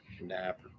Nap